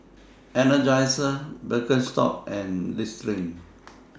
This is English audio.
Energizer Birkenstock and Listerine